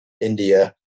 india